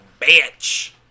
bitch